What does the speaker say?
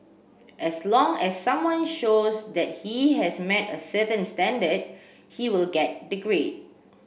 as long as someone shows that he has met a certain standard he will get the grade